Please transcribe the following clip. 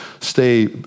stay